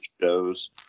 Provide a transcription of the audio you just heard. shows